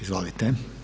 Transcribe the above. Izvolite.